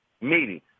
meeting